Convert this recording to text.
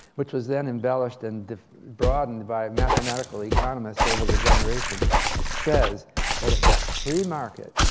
which was then embellished and broadened by mathematical economists over the generations says that if it's free market,